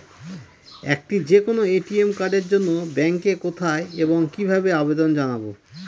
একটি যে কোনো এ.টি.এম কার্ডের জন্য ব্যাংকে কোথায় এবং কিভাবে আবেদন জানাব?